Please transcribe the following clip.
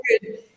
good